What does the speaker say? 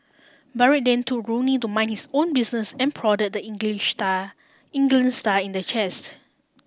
Barrett then told Rooney to mind his own business and prodded the English star England star in the chest